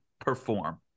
perform